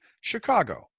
Chicago